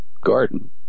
Garden